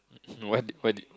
no what what did